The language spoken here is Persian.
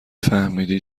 فهمیدی